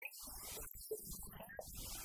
כן... ולכן ריש לקיש צועק...